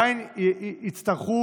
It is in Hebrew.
נראה לי שעדיין גם הרבה מאוד גברים יצטרכו